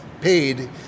paid